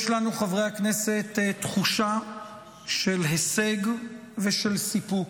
יש לנו, חברי הכנסת, תחושה של השג ושל סיפוק,